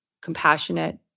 compassionate